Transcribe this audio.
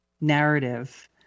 narrative